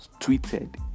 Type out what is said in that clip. tweeted